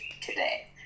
today